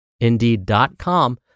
indeed.com